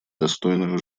достойную